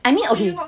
I mean okay